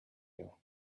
you